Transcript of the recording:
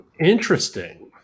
interesting